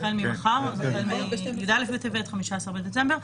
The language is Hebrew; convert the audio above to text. אז י"א בטבת, 15 בדצמבר.